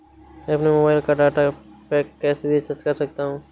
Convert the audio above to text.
मैं अपने मोबाइल का डाटा पैक कैसे रीचार्ज कर सकता हूँ?